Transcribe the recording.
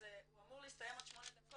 הוא אמור להסתיים עוד שמונה דקות,